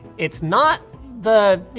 it's not the you